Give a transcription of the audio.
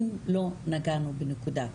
אם לא נגענו בנקודה,